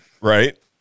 Right